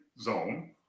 zone